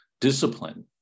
discipline